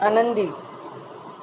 आनंदी